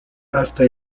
hasta